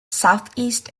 southeast